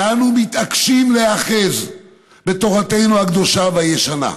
ואנו מתעקשים להיאחז בתורתנו הקדושה והישנה.